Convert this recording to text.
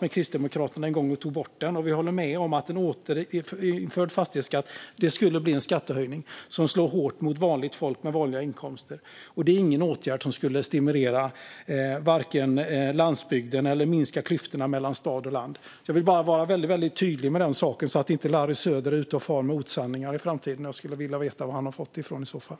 och Kristdemokraterna var med om att ta bort den. Vi håller med om att en återinförd fastighetsskatt skulle bli en skattehöjning som slår hårt mot vanligt folk med vanliga inkomster. En sådan åtgärd skulle varken stimulera landsbygden eller minska klyftorna mellan stad och land. Jag vill bara vara väldigt tydlig med detta så att Larry Söder inte är ute och far med osanningar i framtiden. Jag skulle vilja veta vad han har fått detta ifrån.